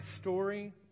story